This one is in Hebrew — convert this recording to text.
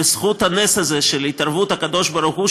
בזכות הנס הזה של התערבות הקדוש-ברוך-הוא,